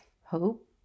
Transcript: hope